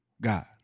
God